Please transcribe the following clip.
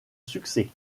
succès